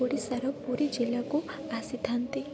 ଓଡ଼ିଶାର ପୁରୀ ଜିଲ୍ଲାକୁ ଆସିଥାନ୍ତି